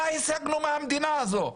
מה השגנו מהמדינה הזו?